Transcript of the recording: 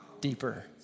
deeper